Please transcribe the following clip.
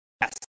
Yes